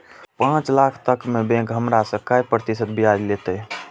पाँच लाख तक में बैंक हमरा से काय प्रतिशत ब्याज लेते?